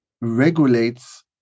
regulates